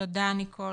תודה נ"ב.